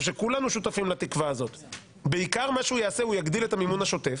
שכולנו שותפים לתקווה הזאת יגדיל את המימון השוטף,